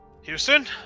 Houston